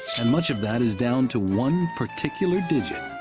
and much of that is down to one particular digit,